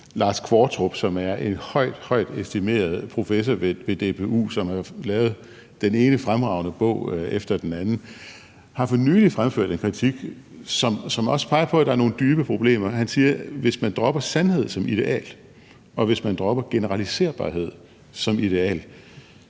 Lars Qvortrup, som er en højt, højt estimeret professor ved DPU, og som har lavet den ene fremragende bog efter den anden, har for nylig fremført en kritik, som også peger på, at der er nogle dybe problemer. Han siger: Hvis man dropper sandhed som ideal, og hvis man dropper generaliserbarhed som ideal,